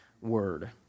word